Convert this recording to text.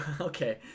okay